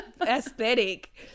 aesthetic